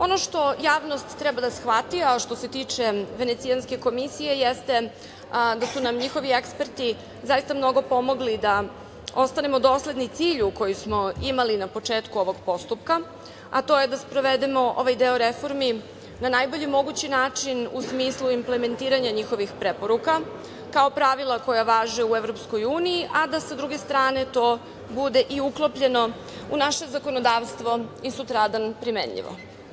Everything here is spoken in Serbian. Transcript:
Ono što javnost treba da shvati, a što se tiče Venecijanske komisije, jeste da su nam njihovi eksperti zaista mnogo pomogli da ostanemo dosledni cilju koji smo imali na početku ovog postupka, a to je da sprovedemo ovaj deo reformi na najbolji mogući način, u smislu implementiranja njihovih preporuka, kao pravila koja važe u EU, a da sa druge strane to bude i uklopljeno u naše zakonodavstvo i sutradan primenjivo.